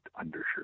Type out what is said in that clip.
undershirt